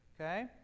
okay